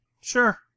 Sure